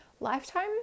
lifetime